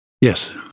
Yes